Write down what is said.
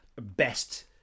best